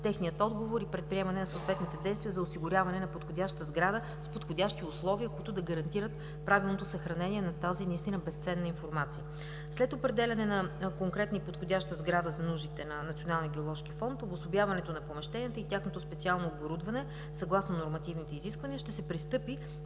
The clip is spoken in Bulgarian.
техния отговор и предприемане на съответните действия за осигуряване на подходяща сграда с подходящи условия, които да гарантират правилното съхранение на тази безценна информация. След определяне на конкретна и подходяща сграда за нуждите на Националния геоложки фонд, обособяването на помещенията и тяхното специално оборудване, съгласно нормативните изисквания ще се пристъпи